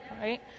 right